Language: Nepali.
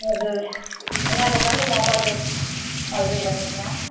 हजुर यहाँको पनि म कतिवटा हजुर भन्नुहोस् न